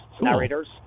narrators